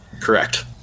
Correct